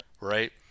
Right